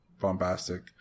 bombastic